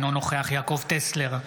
אינו נוכח יעקב טסלר,